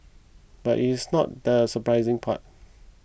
but is not the surprising part